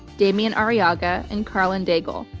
damian arriaga, and karlyn daigle.